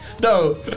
No